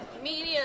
media